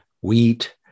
wheat